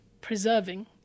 preserving